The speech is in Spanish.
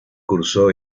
cursó